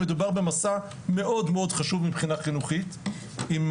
מדובר במסע מאוד מאוד חשוב מבחינה חינוכית עם,